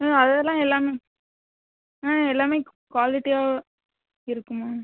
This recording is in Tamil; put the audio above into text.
ம் அதெல்லாம் எல்லாமே ஆ எல்லாமே குவாலிட்டியாக இருக்கும்மா